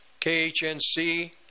KHNC